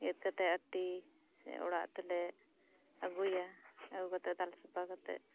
ᱜᱮᱫ ᱠᱟᱛᱮ ᱟᱹᱴᱤ ᱥᱮ ᱚᱲᱟᱜ ᱛᱮᱞᱮ ᱟᱹᱜᱩᱭᱟ ᱟᱹᱜᱩ ᱠᱟᱛᱮ ᱫᱟᱞ ᱥᱟᱯᱷᱟ ᱠᱟᱛᱮ